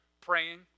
praying